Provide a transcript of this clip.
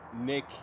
Nick